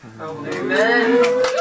Amen